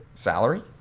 salary